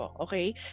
okay